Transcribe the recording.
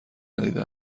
ندیده